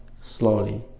slowly